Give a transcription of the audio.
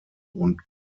und